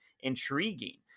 intriguing